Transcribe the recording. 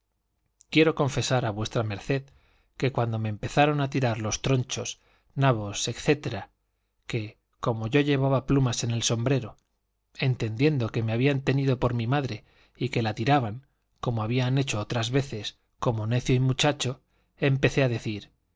quiero confesar a v md que cuando me empezaron a tirar los tronchos nabos etcétera que como yo llevaba plumas en el sombrero entendiendo que me habían tenido por mi madre y que la tiraban como habían hecho otras veces como necio y muchacho empecé a decir